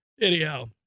Anyhow